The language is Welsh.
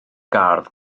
gardd